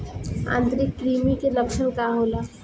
आंतरिक कृमि के लक्षण का होला?